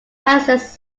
access